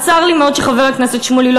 אז צר לי מאוד שחבר הכנסת שמולי לא